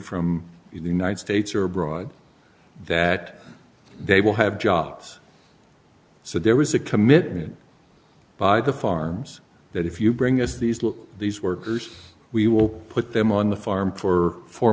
from the united states or abroad that they will have jobs so there was a commitment by the farms that if you bring us these these workers we will put them on the farm for four